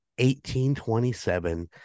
1827